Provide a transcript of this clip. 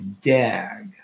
DAG